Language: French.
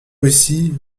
aussi